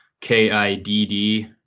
k-i-d-d